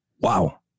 Wow